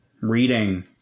reading